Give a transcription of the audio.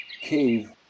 cave